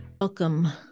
Welcome